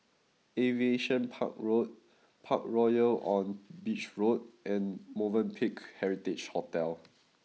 Aviation Park Road Parkroyal on Beach Road and Movenpick Heritage Hotel